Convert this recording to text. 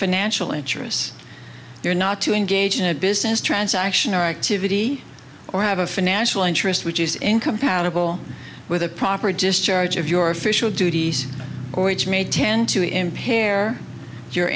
financial interests you're not to engage in a business transaction or activity or have a financial interest which is incompatible with a proper discharge of your official duties or it's made ten to impair your